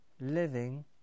living